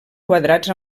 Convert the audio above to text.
quadrats